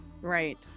Right